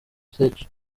cech